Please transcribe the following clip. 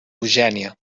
eugènia